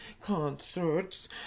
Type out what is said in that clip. concerts